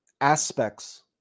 aspects